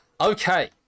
okay